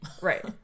Right